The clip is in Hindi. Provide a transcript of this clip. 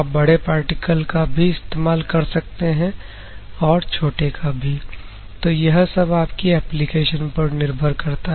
आप बड़े पार्टिकल का भी इस्तेमाल कर सकते हैं और छोटे का भी तो यह सब आपकी एप्लीकेशन पर निर्भर करता